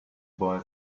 boy